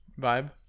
Vibe